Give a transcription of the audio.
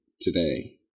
today